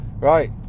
Right